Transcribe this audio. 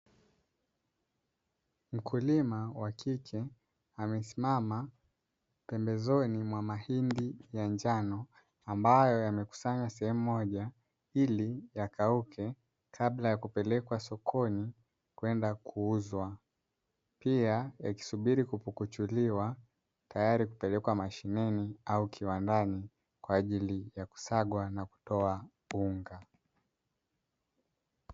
Mkulima wa kike amesimama pembezoni mwa mahindi ya njano ambayo yamekusanya sehemu moja ili yakauke kabla ya kupelekwa sokoni kwenda kuuzwa pia yakisubiri kupukuchuliwa tayari kupelekwa mashineni au kiwandani kwa ajili ya kusagwa na kutoa unga.